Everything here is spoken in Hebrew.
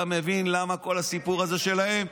אתה מבין למה כל הסיפור הזה שלהם?